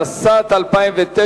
התשס"ט 2009,